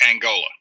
Angola